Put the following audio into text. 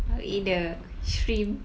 I'll eat the shrimp